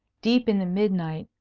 deep in the midnight,